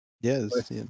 Yes